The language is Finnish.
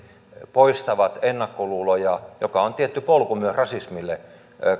poistavat ennakkoluuloja jotka ovat tietty polku myös rasismille